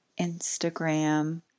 Instagram